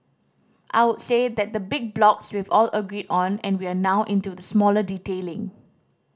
I would say that the big blocks we've all agreed on and we're now into the smaller detailing